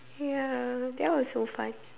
ya that was so fun